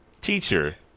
teacher